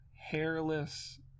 hairless